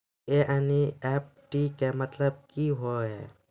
NEFT के मतलब का होव हेय?